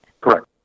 Correct